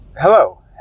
Hello